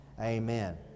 Amen